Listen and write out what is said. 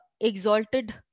exalted